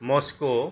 Moscow